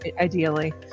ideally